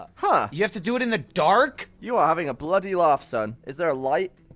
ah huh! you have to do it in the dark! you are having a bloody laugh, son! is there a light?